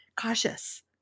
cautious